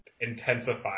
intensify